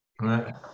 right